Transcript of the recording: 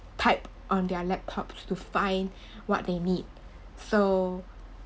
type on their laptops to find what they need so